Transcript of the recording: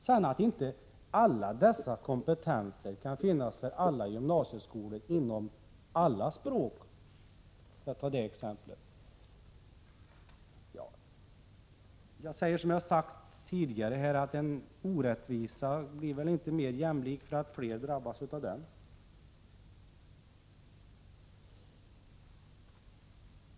Sedan kan ju inte all denna kompetens finnas för alla gymnasieskolor och inom alla språk — för att ta det exemplet —, men som jag sagt tidigare:en orättvisa blir väl inte mer jämlik för att flera drabbas av den.